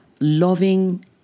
loving